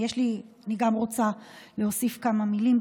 אני גם רוצה להוסיף כמה מילים,